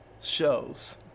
shows